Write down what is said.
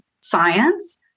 science